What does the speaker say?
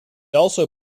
also